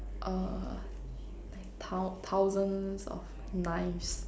err like thou~ thousands of knives